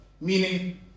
Meaning